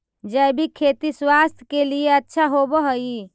जैविक खेती स्वास्थ्य के लिए अच्छा होवऽ हई